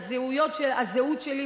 הזהות שלי,